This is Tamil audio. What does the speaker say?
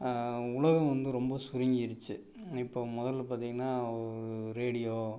உலகம் வந்து ரொம்ப சுருங்கிருச்சு இப்போ முதல்ல பார்த்தீங்கன்னா ஒரு ரேடியோ